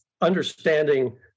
understanding